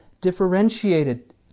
differentiated